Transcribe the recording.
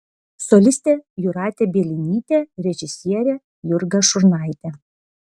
solistė jūratė bielinytė režisierė jurga šurnaitė